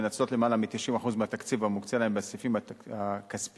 מנצלות יותר מ-90% מהתקציב המוקצה להם בסעיפים הכספיים.